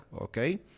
okay